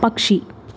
പക്ഷി